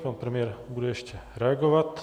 Pan premiér bude ještě reagovat.